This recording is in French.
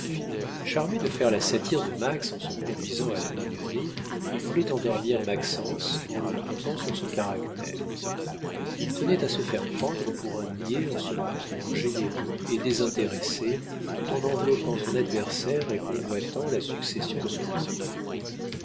charmé de faire la satire de max en se conduisant à la mignonnet il voulait endormir maxence en le trompant sur son caractère il tenait à se faire prendre pour un niais en se montrant généreux et désintéressé tout en enveloppant son adversaire et convoitant la succession de son oncle